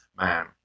man